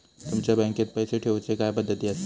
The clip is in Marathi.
तुमच्या बँकेत पैसे ठेऊचे काय पद्धती आसत?